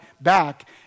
back